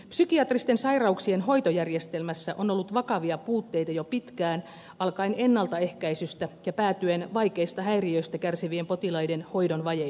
psykiatristen sairauksien hoitojärjestelmässä on ollut vakavia puutteita jo pitkään alkaen ennaltaehkäisystä ja päätyen vaikeista häiriöistä kärsivien potilaiden hoidon vajeisiin